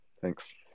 Thanks